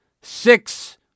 six